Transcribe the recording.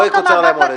לא יקבלו קיצור עונש.